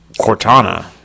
Cortana